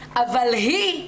אבל היא,